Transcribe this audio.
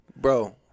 Bro